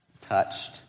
Touched